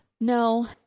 No